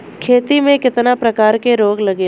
खेती में कितना प्रकार के रोग लगेला?